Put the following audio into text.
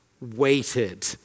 waited